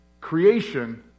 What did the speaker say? Creation